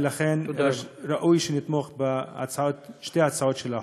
ולכן, ראוי שנתמוך בהצעות, שתי הצעות החוק.